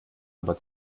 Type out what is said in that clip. aber